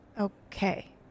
Okay